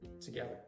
together